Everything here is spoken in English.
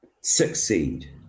Succeed